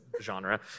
genre